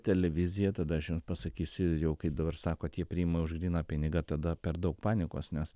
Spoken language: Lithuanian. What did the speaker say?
televizija tada aš jum pasakysiu jau kai dabar sakot jie priima už gryną pinigą tada per daug panikos nes